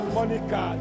Monica